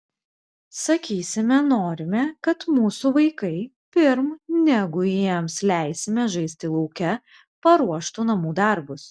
sakysime norime kad mūsų vaikai pirm negu jiems leisime žaisti lauke paruoštų namų darbus